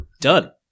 Done